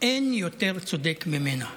אין יותר צודקת ממנה.